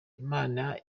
imana